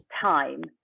time